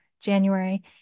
January